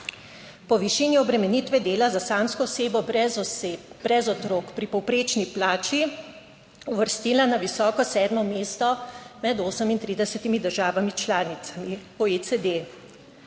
po višini obremenitve dela za samsko osebo brez otrok pri povprečni plači uvrstila na visoko 7. mesto med 38 državami članicami OECD.